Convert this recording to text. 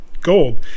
gold